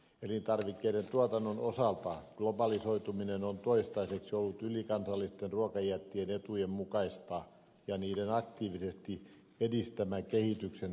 elintarvikkeiden tuotannon osalta globalisoituminen on toistaiseksi ollut ylikansallisten ruokajättien etujen mukaista ja niiden aktiivisesti edistämä kehityksen suunta